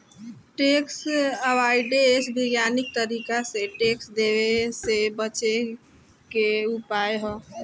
tax avoidance वैज्ञानिक तरीका से टैक्स देवे से बचे के उपाय ह